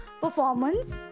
performance